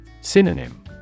Synonym